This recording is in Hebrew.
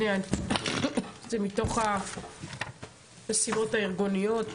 הנה זה מתוך המשימות הארגוניות,